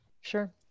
Sure